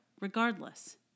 regardless